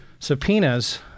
Subpoenas